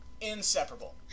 inseparable